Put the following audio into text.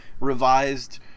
revised